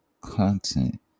content